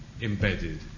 embedded